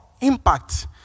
impact